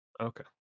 Okay